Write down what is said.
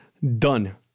Done